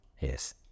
Yes